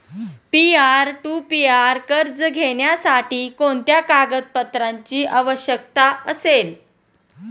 Peer to peer कर्ज घेण्यासाठी कोणत्या कागदपत्रांची आवश्यकता असेल?